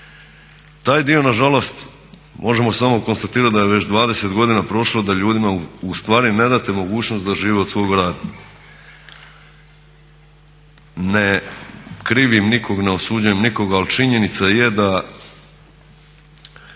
Taj dio nažalost možemo samo konstatirat da je već 20 godina prošlo da ljudima ustvari ne date mogućnost da žive od svog rada. Ne krivim nikog, ne osuđujem nikog, ali činjenica je da